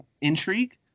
intrigue